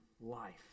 life